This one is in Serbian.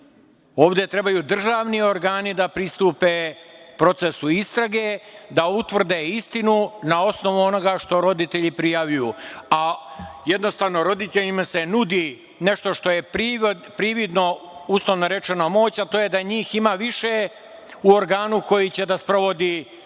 trebaju državni organi da pristupe procesu istrage, da utvrde istinu na osnovu onoga što roditelji prijavljuju, a jednostavno, roditeljima se nudi nešto što je prividno, uslovno rečeno moć, a to je da njih ima više u organu koji će da sprovodi, i